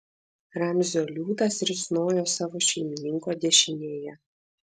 ramzio liūtas risnojo savo šeimininko dešinėje